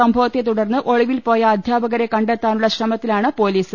സൃംഭവത്തെ തുടർന്ന് ഒളിവിൽ പോയ അധ്യാപകരെ കണ്ടെത്താനുള്ള ശ്രമത്തിലാണ് പൊലീസ്